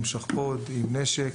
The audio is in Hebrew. שכפוד ונשק,